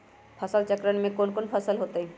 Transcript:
फसल चक्रण में कौन कौन फसल हो ताई?